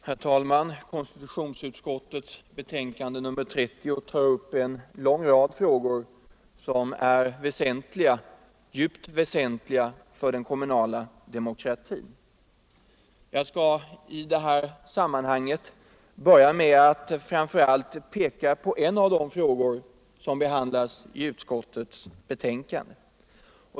Herr talman! Konstitutionsutskottets betänkande nr 30 tar upp en lång rad problem som är väsentliga för den kommunala demokratin. Jag skall i det här sammanhanget framför allt peka på en av de frågor som behandlas i utskottets betänkande.